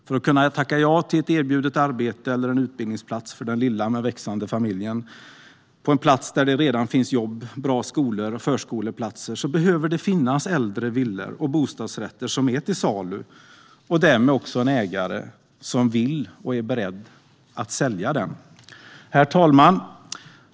För att kunna tacka ja till ett erbjudet arbete eller en utbildningsplats för den lilla men växande familjen på en plats där det redan finns jobb, bra skolor och förskoleplatser behöver det finnas äldre villor och bostadsrätter som är till salu och därmed en ägare som vill och är beredd att sälja. Herr talman!